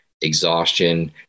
exhaustion